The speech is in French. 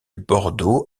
bordeaux